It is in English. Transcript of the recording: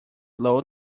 low